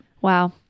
Wow